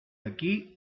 aquí